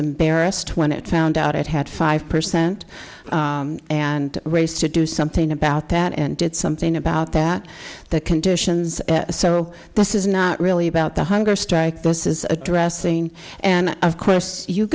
embarrassed when it found out it had five percent and ways to do something about that and did something about that the conditions so this is not really about the hunger strike this is addressing and of course you